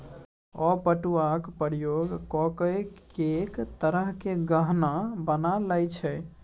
ओ पटुआक उपयोग ककए कैक तरहक गहना बना लए छै